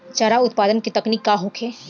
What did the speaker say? चारा उत्पादन के तकनीक का होखे?